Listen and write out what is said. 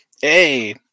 Hey